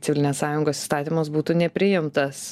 civilinės sąjungos įstatymas būtų nepriimtas